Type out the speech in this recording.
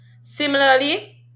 similarly